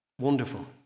Wonderful